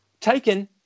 taken